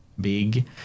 big